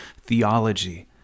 theology